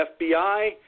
FBI